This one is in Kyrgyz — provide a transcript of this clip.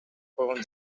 койгон